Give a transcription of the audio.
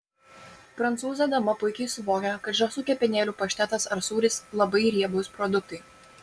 prancūzė dama puikiai suvokia kad žąsų kepenėlių paštetas ar sūris labai riebūs produktai